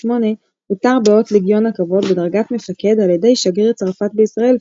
עוטר באות לגיון הכבוד בדרגת מפקד על ידי שגריר צרפת בישראל,